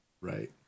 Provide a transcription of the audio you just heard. right